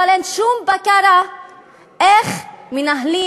אבל אין שום בקרה על איך מנהלים,